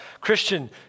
Christian